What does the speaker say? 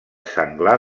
senglar